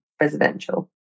residential